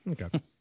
okay